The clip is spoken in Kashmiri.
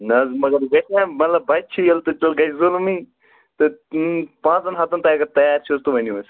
نہ حظ مَطلَب بچہ چھ ییٚلہِ تیٚلہِ گَژھِ ظُلمے تہٕ پانژَن ہتَن تہ اگر تیار چھو حظ تہ ؤنو حظ